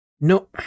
No